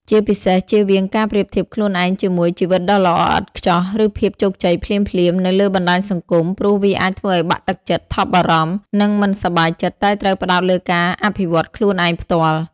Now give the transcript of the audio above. ជាពិសេស ជៀសវាងការប្រៀបធៀបខ្លួនឯងជាមួយ ជីវិតដ៏ល្អឥតខ្ចោះ ឬភាពជោគជ័យភ្លាមៗ នៅលើបណ្តាញសង្គម ព្រោះវាអាចធ្វើឱ្យបាក់ទឹកចិត្ត ថប់បារម្ភ និងមិនសប្បាយចិត្ត តែត្រូវផ្តោតលើការអភិវឌ្ឍខ្លួនឯងផ្ទាល់។